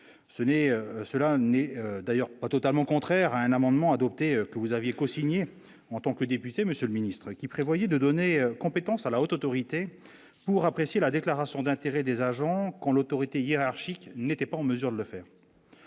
cela n'est d'ailleurs pas totalement contraire à un amendement adopté que vous aviez cosigné en tant que député, monsieur le ministre, qui prévoyait de donner compétence à la Haute autorité pour apprécier la déclaration d'intérêt des agents quand l'autorité hiérarchique n'était pas en mesure de le faire,